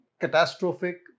catastrophic